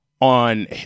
on